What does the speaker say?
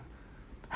I mean